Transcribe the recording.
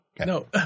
No